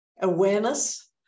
awareness